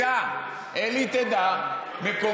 אלי, תדע אני יודע.